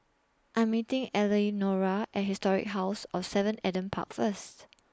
I Am meeting Elenora At Historic House of seven Adam Park First